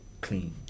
clean